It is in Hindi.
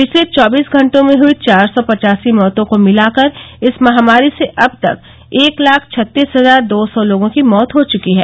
पिछले चौबीस घंटों में हई चार सौ पचासी मौतों को मिलाकर इस महामारी से अब तक एक लाख छत्तीस हजार दो सौ लोगों की मौत हो चुकी है